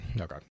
okay